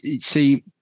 see